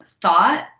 thought